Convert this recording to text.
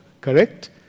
correct